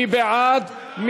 מי בעד?